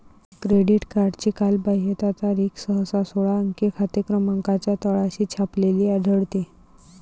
credit कार्डची कालबाह्यता तारीख सहसा सोळा अंकी खाते क्रमांकाच्या तळाशी छापलेली आढळते